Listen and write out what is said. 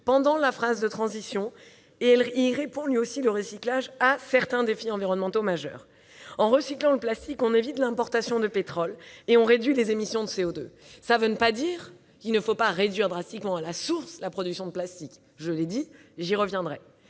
pendant la phase de transition et répond à certains défis environnementaux majeurs. En recyclant le plastique, on évite l'importation de pétrole et on réduit les émissions de CO2. Cela ne veut pas dire qu'il ne faut pas réduire drastiquement à la source la production de plastique ; j'y reviendrai.